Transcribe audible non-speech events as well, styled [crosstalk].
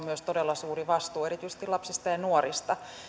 [unintelligible] myös todella suuri vastuu erityisesti lapsista ja nuorista